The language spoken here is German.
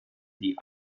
die